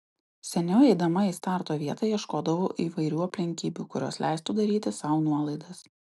seniau eidama į starto vietą ieškodavau įvairių aplinkybių kurios leistų daryti sau nuolaidas